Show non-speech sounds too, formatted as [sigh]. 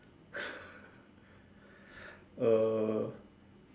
[laughs] uh